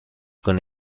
con